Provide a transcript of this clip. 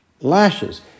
lashes